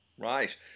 Right